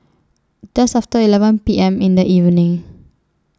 Just after eleven P M in The evening